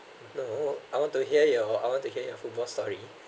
no I want to hear your I want to hear your football story